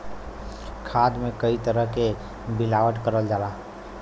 खाद में कई तरे क मिलावट करल जाला